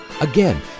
Again